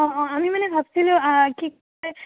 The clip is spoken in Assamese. অঁ অঁ আমি মানে ভাবিছিলোঁ কি কয়